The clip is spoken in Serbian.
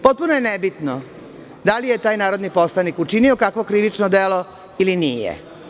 Potpuno je nebitno da li je taj narodni poslanik učinio kakvo krivično delo ili nije.